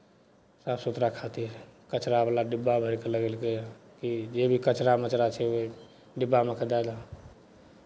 साफ सुथरा खातिर कचरावला डिब्बा भरि कऽ लगेलकैए कि जे भी कचरा मचरा छै ओहि डिब्बामे के दए दहक